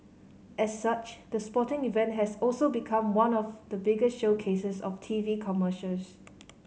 as such the sporting event has also become one of the biggest showcases of T V commercials